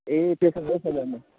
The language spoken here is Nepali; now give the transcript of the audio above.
ए त्यसो भए यसो गर्नु